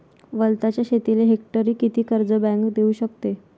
वलताच्या शेतीले हेक्टरी किती कर्ज बँक देऊ शकते?